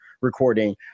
recording